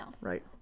Right